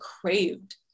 craved